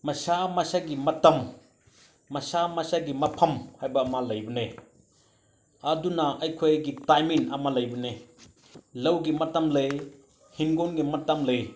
ꯃꯁꯥ ꯃꯁꯥꯒꯤ ꯃꯇꯝ ꯃꯁꯥ ꯃꯁꯥꯒꯤ ꯃꯐꯝ ꯍꯥꯏꯕ ꯑꯃ ꯂꯩꯕꯅꯦ ꯑꯗꯨꯅ ꯑꯩꯈꯣꯏꯒꯤ ꯇꯥꯏꯃꯤꯡ ꯑꯃ ꯂꯩꯕꯅꯦ ꯂꯧꯒꯤ ꯃꯇꯝ ꯂꯩ ꯍꯤꯡꯒꯣꯜꯒꯤ ꯃꯇꯝ ꯂꯩ